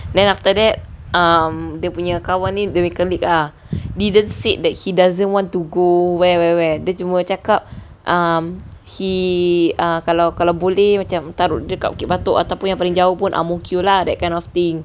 then after that um dia punya kawan ni the colleague ah didn't said that he doesn't want to go where where where dia cuma cakap um he kalau kalau boleh taruk dia kat bukit batok paling jauh pun ang mo kio lah that kind of thing